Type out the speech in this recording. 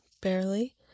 Barely